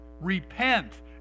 repent